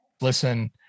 listen